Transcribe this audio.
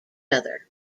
other